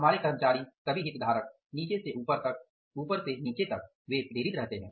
हमारे कर्मचारी सभी हितधारक नीचे से ऊपर तक ऊपर से नीचे तक वे प्रेरित रहते हैं